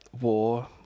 war